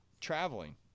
traveling